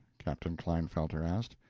captain klinefelter asked.